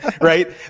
right